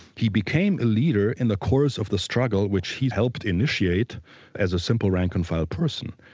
he became a leader in the course of the struggle which he helped initiate as a simple rank and file person.